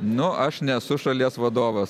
nu aš nesu šalies vadovas